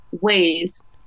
ways